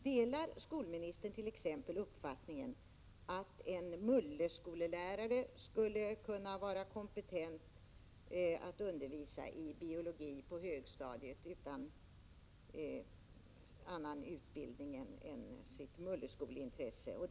Delar skolministern t.ex. uppfattningen att en mulleskolelärare skulle kunna vara kompetent att undervisa i biologi på högstadiet utan annan utbildning än den hon fått som mulleskolelärare?